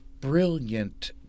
brilliant